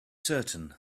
certain